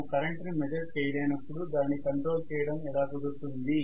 మనము కరెంటు ని మెజర్ చేయలేనప్పుడు దానిని కంట్రోల్ చేయడం ఎలా కుదురుతుంది